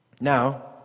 Now